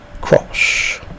cross